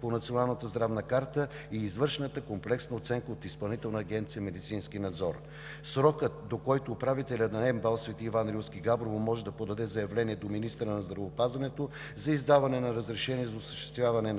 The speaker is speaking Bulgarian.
по Националната здравна карта и извършената комплексна оценка от Изпълнителна агенция „Медицински надзор“. Срокът, до който управителят на МБАЛ „Свети Иван Рилски“ – Габрово, може да подаде заявление до министъра на здравеопазването за издаване на разрешение за осъществяване